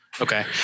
Okay